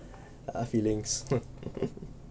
uh feelings